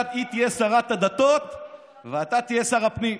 היא תהיה שרת הדתות ואתה תהיה שר הפנים.